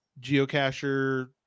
geocacher